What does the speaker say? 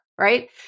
right